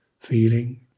feeling